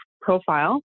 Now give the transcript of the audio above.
profile